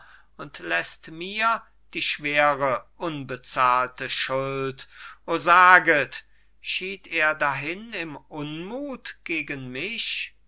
und lässt mir die schwere unbezahlte schuld o saget schied er dahin im unmut gegen mich